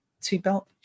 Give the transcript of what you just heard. seatbelt